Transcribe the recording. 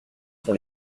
son